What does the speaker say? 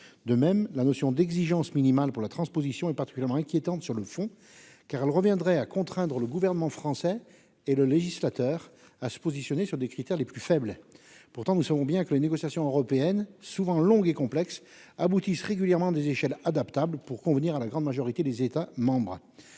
De même, la notion d'exigence minimale pour la transposition est particulièrement inquiétante sur le fond, car elle reviendrait à contraindre le gouvernement français et le législateur à se positionner sur les critères les plus faibles. Pourtant, nous savons bien que les négociations européennes, souvent longues et complexes, aboutissent régulièrement à des échelles adaptables pour convenir à la grande majorité des États membres.